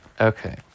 Okay